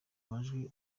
majwi